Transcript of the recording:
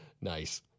Nice